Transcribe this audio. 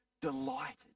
delighted